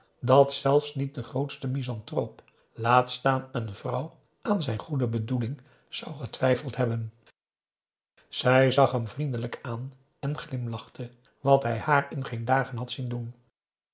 dat zelfs niet de grootste misanthroop laat staan een vrouw aan zijn goede bedoeling zou getwijfeld hebben zij zag hem vriendelijk aan en glimlachte wat hij haar in geen dagen had zien doen